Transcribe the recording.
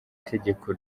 tegeko